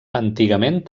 antigament